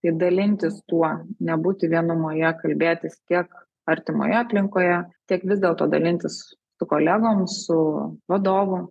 tai dalintis tuo nebūti vienumoje kalbėtis tiek artimoje aplinkoje tiek vis dėlto dalintis su kolegom su vadovu